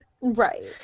right